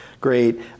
great